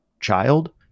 child